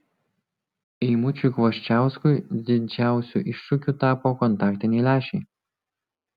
eimučiui kvoščiauskui didžiausiu iššūkiu tapo kontaktiniai lęšiai